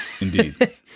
indeed